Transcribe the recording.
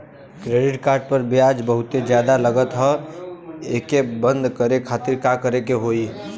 Credit card पर ब्याज बहुते ज्यादा लगत ह एके बंद करे खातिर का करे के होई?